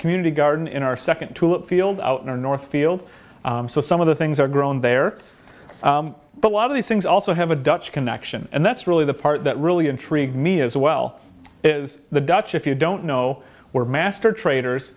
community garden in our second tulip field out near northfield so some of the things are grown there but a lot of these things also have a dutch connection and that's really the part that really intrigued me as well is the dutch if you don't know where master traders